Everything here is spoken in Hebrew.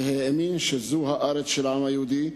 והאמין שזו הארץ של העם היהודי,